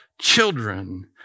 children